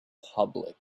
public